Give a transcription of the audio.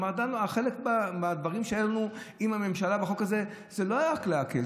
חלק מהדברים שהיו לנו עם הממשלה בחוק הזה לא היו רק להקל,